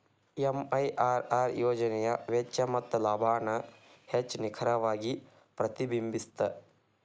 MIRR ಯೋಜನೆಯ ವೆಚ್ಚ ಮತ್ತ ಲಾಭಾನ ಹೆಚ್ಚ್ ನಿಖರವಾಗಿ ಪ್ರತಿಬಿಂಬಸ್ತ